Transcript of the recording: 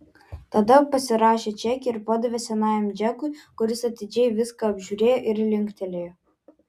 tada pasirašė čekį ir padavė senajam džekui kuris atidžiai viską apžiūrėjo ir linktelėjo